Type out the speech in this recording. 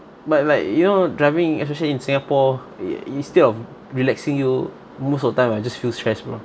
but like you know driving especially in singapore i~ instead of relaxing you most of the time I just feel stress bro